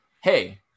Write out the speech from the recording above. hey